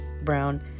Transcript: Brown